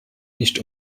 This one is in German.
nicht